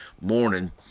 morning